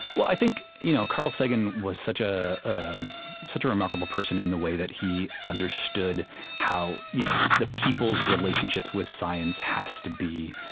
well, i think you know carl sagan was such ah such a remarkable person in the way that he understood how you know the people's relationship with science has to be